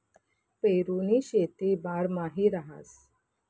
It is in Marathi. पेरुनी शेती बारमाही रहास